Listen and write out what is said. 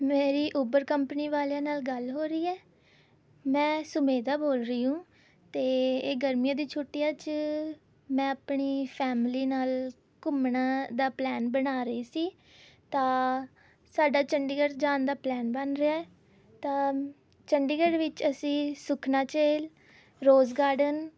ਮੇਰੀ Uber company ਵਾਲਿਆਂ ਨਾਲ ਗੱਲ ਹੋ ਰਹੀ ਹੈ ਮੈਂ ਸੁਮੇਧਾ ਬੋਲ ਰਹੀ ਹੂੰ ਅਤੇ ਇਹ ਗਰਮੀਆਂ ਦੀਆਂ ਛੁੱਟੀਆਂ 'ਚ ਮੈਂ ਆਪਣੀ ਫੈਮਲੀ ਨਾਲ ਘੁੰਮਣਾ ਦਾ ਪਲੈਨ ਬਣਾ ਰਹੀ ਸੀ ਤਾਂ ਸਾਡਾ ਚੰਡੀਗੜ੍ਹ ਜਾਣ ਦਾ ਪਲੈਨ ਬਣ ਰਿਹਾ ਹੈ ਤਾਂ ਚੰਡੀਗੜ੍ਹ ਵਿੱਚ ਅਸੀਂ ਸੁਖਨਾ ਝੇਲ ਰੋਜ਼ ਗਾਡਨ